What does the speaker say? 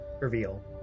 reveal